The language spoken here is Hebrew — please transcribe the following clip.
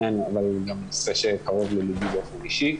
ונושא שקרוב ללבי באופן אישי.